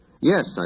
Yes